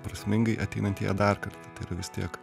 prasmingai ateinant į ją dar kartą tai yra vis tiek